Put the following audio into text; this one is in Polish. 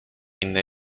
inne